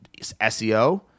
SEO